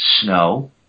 snow